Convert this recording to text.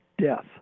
death